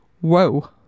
Whoa